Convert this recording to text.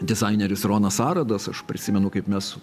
dizaineris ronas aradas aš prisimenu kaip mes